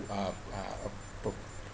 uh uh prolong